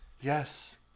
Yes